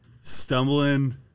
stumbling